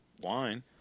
wine